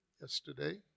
yesterday